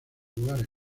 lugares